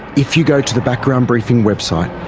if you go to the background briefing website,